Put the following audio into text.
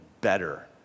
better